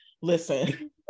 listen